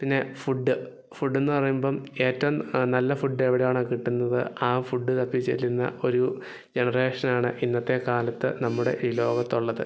പിന്നെ ഫുഡ് ഫുഡെന്ന് പറയുമ്പോള് ഏറ്റവും നല്ല ഫുഡ് എവിടെയാണോ കിട്ടുന്നത് ആ ഫുഡ് തപ്പി ചെല്ലുന്ന ഒരു ജനറേഷനാണ് ഇന്നത്തെ കാലത്ത് നമ്മുടെ ഈ ലോകത്തുള്ളത്